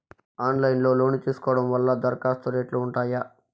Online లో loan తీసుకోవడం వల్ల దరఖాస్తు రేట్లు ఉంటాయా?